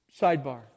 sidebar